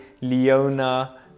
leona